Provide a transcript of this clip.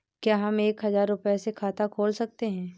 क्या हम एक हजार रुपये से खाता खोल सकते हैं?